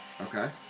Okay